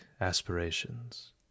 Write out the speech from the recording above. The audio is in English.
aspirations